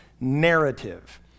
narrative